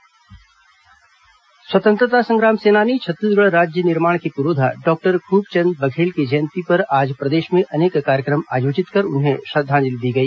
खुबचंद बघेल मंगल पांडे स्वतंत्रता संग्राम सेनानी छत्तीसगढ़ राज्य निर्माण के पुरोधा डॉक्टर खूबचंद बघेल की जयंती पर आज प्रदेश में अनेक कार्यक्रम आयोजित कर उन्हें श्रद्वांजलि दी गई